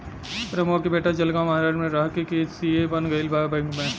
रमुआ के बेटा जलगांव महाराष्ट्र में रह के सी.ए बन गईल बा बैंक में